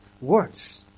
Words